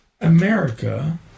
America